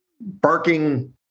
barking